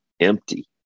empty